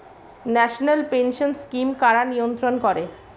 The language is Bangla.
ন্যাশনাল পেনশন স্কিম কারা নিয়ন্ত্রণ করে?